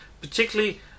particularly